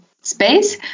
space